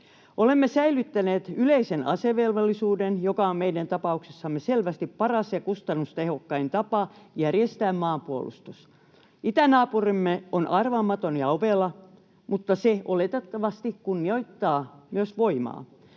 Olemme säilyttäneet yleisen asevelvollisuuden, joka on meidän tapauksessamme selvästi paras ja kustannustehokkain tapa järjestää maanpuolustus. Itänaapurimme on arvaamaton ja ovela, mutta se oletettavasti kunnioittaa myös voimaa.